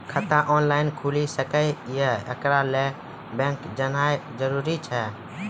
खाता ऑनलाइन खूलि सकै यै? एकरा लेल बैंक जेनाय जरूरी एछि?